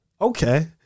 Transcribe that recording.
Okay